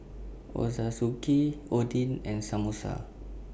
Ochazuke Oden and Samosa